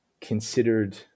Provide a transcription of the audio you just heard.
considered